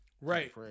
Right